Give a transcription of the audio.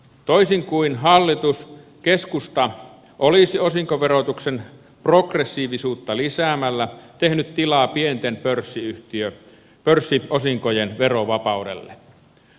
toisin kuin hallitus keskusta olisi osinkoverotuksen progressiivisuutta lisäämällä tehnyt tilaa pienten pörssiosinkojen verovapaudelle